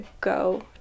go